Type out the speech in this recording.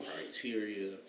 criteria